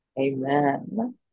Amen